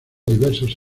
diversos